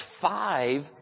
five